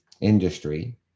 industry